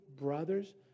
brothers